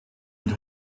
mit